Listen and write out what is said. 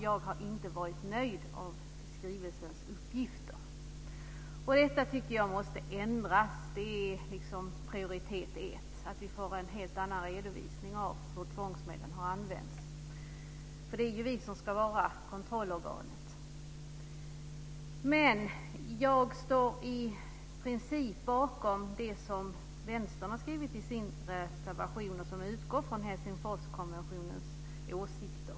Jag har inte varit nöjd med skrivelsens uppgifter. Detta tycker jag måste ändras. Det är prioritet 1: att vi får en helt annan redovisning av hur tvångsmedlen har använts. Det är ju vi som ska vara kontrollorganet. Jag står i princip bakom det som Vänstern har skrivit i sin reservation, som utgår från Helsingforskonventionens åsikter.